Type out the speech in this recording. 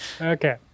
Okay